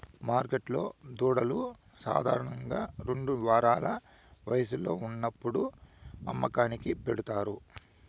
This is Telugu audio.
మార్కెట్లో దూడలు సాధారణంగా రెండు వారాల వయస్సులో ఉన్నప్పుడు అమ్మకానికి పెడతారు